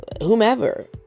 whomever